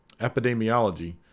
Epidemiology